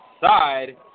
side